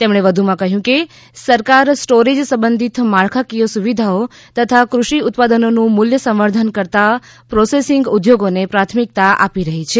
તેમણે વધુમાં કહ્યું કે સરકાર સ્ટોરેજ સંબંધિત માળખાકીય સુવિધાઓ તથા કૃષિ ઉત્પાદનોનું મુલ્ય સંવર્ધન કરતાં પ્રોસેસિંગ ઉદ્યોગોને પ્રાથમિકતા આપી રહી છે